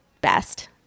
best